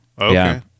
Okay